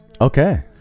okay